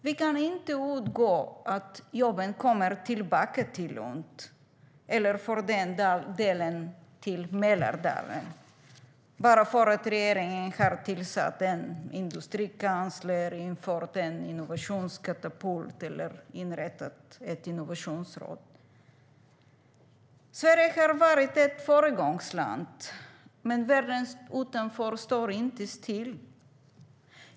Vi kan inte utgå från att jobben kommer tillbaka till Lund eller för den delen till Mälardalen bara för att regeringen har tillsatt en industrikansler, infört en innovationskatapult eller inrättat ett innovationsråd. Sverige har varit ett föregångsland, men världen utanför står inte still.